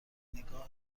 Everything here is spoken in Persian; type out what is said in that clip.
نگاه